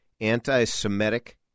anti-Semitic